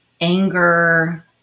anger